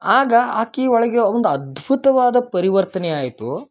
ಆಗ ಆಕಿ ಒಳಗೆ ಒಂದು ಅದ್ಭುತವಾದ ಪರಿವರ್ತನೆ ಆಯಿತು